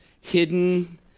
hidden